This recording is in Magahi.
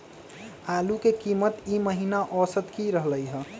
आलू के कीमत ई महिना औसत की रहलई ह?